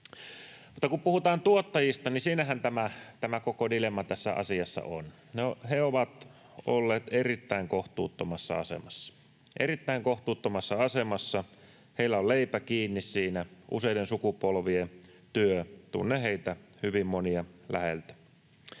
kun puhutaan tuottajista, niin siinähän tämä koko dilemma tässä asiassa on. No, he ovat olleet erittäin kohtuuttomassa asemassa — erittäin kohtuuttomassa asemassa. Heillä on leipä kiinni siinä, useiden sukupolvien työ. Tunnen heitä hyvin monia läheltä.